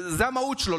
זאת המהות שלו,